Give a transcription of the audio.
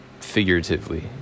Figuratively